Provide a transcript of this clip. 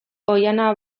oihana